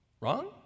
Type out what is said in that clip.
Wrong